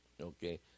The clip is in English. Okay